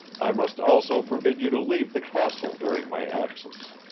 i must also forbid you to leave the castle during my absence.